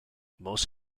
most